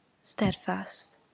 steadfast